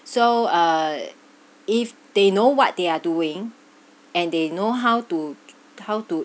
so uh if they know what they are doing and they know how to how to